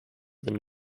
than